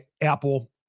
Apple